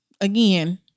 again